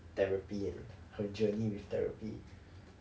therapy and her journey with therapy